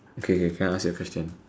okay okay can I ask you a question